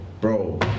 Bro